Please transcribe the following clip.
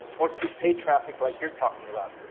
or through paid traffic, like you're talking about.